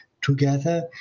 together